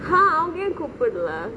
!huh! அவங்க ஏ கூப்பாலே:avange yae koopalae